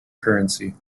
currency